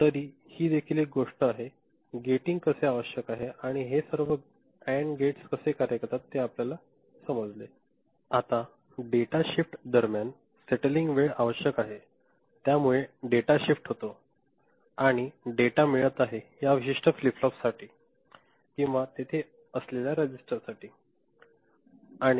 तर ही देखील एक गोष्ट आहे गेटिंग कसे आवश्यक आहे आणि हे सर्व अँड गेट्स कसे कार्य करते ते आपल्याला समजले आता डेटा शिफ्ट दरम्यान सेटलिंग वेळ आवश्यक आहे त्यामुळे डेटा शिफ्ट होतो आहे आणि डेटा मिळत आहे या विशिष्ट फ्लिप फ्लॉपसाठी किंवा तेथे असलेल्या रजिस्टरसाठी